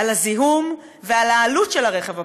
על הזיהום ועל העלות של הרכב הפרטי,